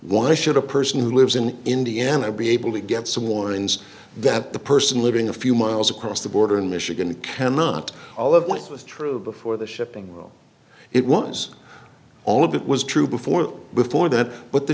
why should a person who lives in indiana be able to get some warnings that the person living a few miles across the border in michigan cannot all of what was true before the shipping it was all of that was true before before that but the